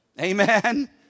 Amen